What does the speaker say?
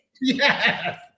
Yes